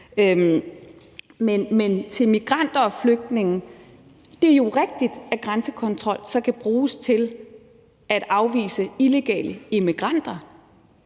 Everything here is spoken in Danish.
til migranter og flygtninge er det jo rigtigt, at grænsekontrol kan bruges til at afvise illegale immigranter.